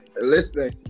Listen